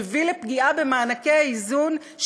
שמביא לפגיעה במענקי האיזון,